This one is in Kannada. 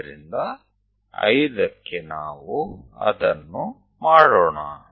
ಆದ್ದರಿಂದ 5 ಕ್ಕೆ ನಾವು ಅದನ್ನು ಮಾಡೋಣ